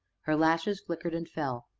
her lashes flickered and fell,